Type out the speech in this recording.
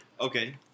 Okay